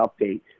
update